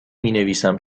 مینویسم